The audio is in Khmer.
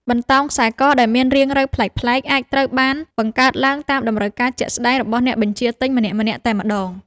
បន្តោងខ្សែកដែលមានរាងរៅប្លែកៗអាចត្រូវបានបង្កើតឡើងតាមតម្រូវការជាក់ស្តែងរបស់អ្នកបញ្ជាទិញម្នាក់ៗតែម្តង។